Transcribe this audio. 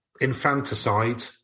infanticide